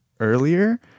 earlier